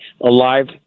alive